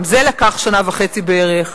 גם זה לקח שנה וחצי בערך,